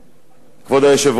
כבוד היושב-ראש,